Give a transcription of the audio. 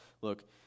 Look